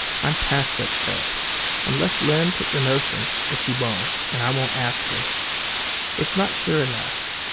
i'm past such help unless len took the notion, which he won't, and i won't ask him it's not sure enough.